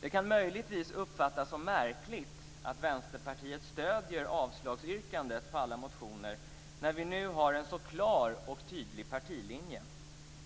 Det kan möjligtvis uppfattas som märkligt att Vänsterpartiet stöder avslagsyrkandet av alla motioner när vi nu har en så klar och tydlig partilinje.